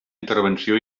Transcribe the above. intervenció